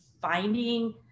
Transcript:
finding